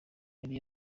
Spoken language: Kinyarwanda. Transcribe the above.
yari